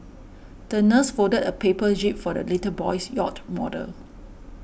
the nurse folded a paper jib for the little boy's yacht model